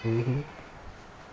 mmhmm